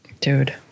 Dude